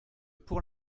pour